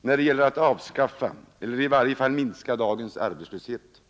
när det gäller att avskaffa eller i varje fall minska dagens arbetslöshet.